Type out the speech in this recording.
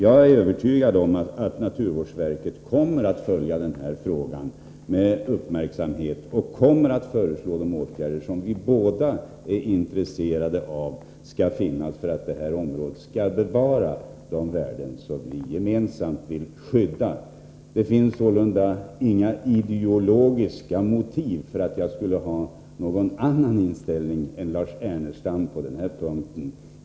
Jag är övertygad om att naturvårdsverket kommer att följa frågan med uppmärksamhet och föreslå de åtgärder som vi båda är intresserade av skall vidtas för att detta område skall bevara de värden som vi gemensamt vill skydda. Det finns sålunda inga ideologiska motiv för att jag skulle ha någon annan inställning än Lars Ernestam på denna punkt.